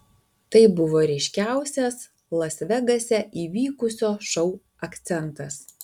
tai buvo ryškiausias las vegase įvykusio šou akcentas